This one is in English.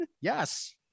Yes